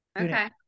Okay